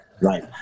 Right